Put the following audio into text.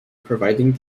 providing